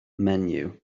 menyw